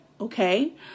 Okay